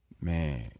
man